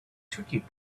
tricky